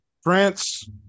France